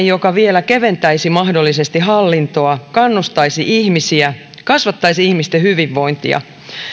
joka vielä keventäisi mahdollisesti hallintoa kannustaisi ihmisiä kasvattaisi ihmisten hyvinvointia